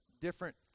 different